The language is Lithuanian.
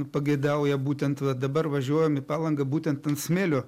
pageidauja būtent va dabar važiuojam į palangą būtent ant smėlio